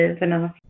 enough